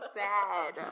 sad